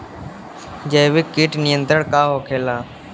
जैविक कीट नियंत्रण का होखेला?